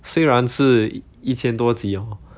虽然是一千多集 hor